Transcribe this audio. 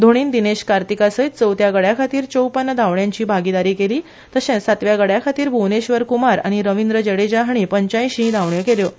धोणीन दिनेश कार्तीका सयत चौथ्या गड्या खातीर चोवपन्न धावण्यांची भागीदारी केली तर्शेंच सातव्या गड्या खातीर भूवनेश्वर कुमार आनी रविंद्र जडेजा हांणी पंच्याएशी धावण्यो केल्यो